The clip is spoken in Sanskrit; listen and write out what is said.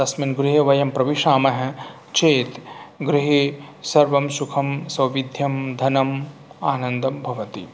तस्मिन् गृहे वयं प्रविशामः चेत् गृहे सर्वं सुखं सौविध्यं धनम् आनन्दं भवति